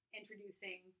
introducing